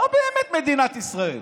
לא באמת מדינת ישראל,